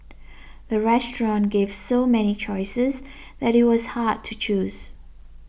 the restaurant gave so many choices that it was hard to choose